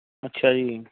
ਅੱਛਾ ਜੀ